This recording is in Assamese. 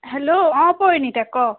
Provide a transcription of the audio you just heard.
হেল্ল' অঁ পৰিণীতা ক